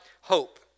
Hope